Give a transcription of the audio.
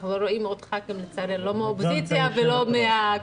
לצערי אנחנו לא רואים כאן ח"כים לא מהאופוזיציה ולא מהקואליציה